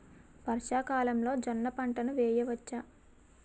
వర్షాకాలంలో జోన్న పంటను వేయవచ్చా?